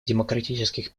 демократических